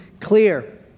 clear